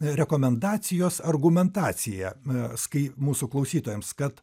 rekomendacijos argumentacijaskai mūsų klausytojams kad